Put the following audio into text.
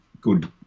good